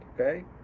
okay